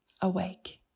awake